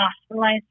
hospitalized